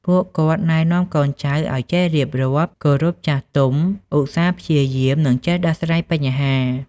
ពួកគាត់ណែនាំកូនចៅឲ្យចេះរៀបរាប់ គោរពចាស់ទុំ ឧស្សាហ៍ព្យាយាម និងចេះដោះស្រាយបញ្ហា។